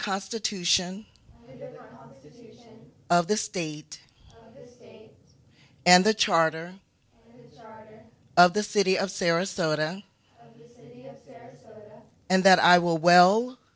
constitution of the state and the charter of the city of sarasota and that i will well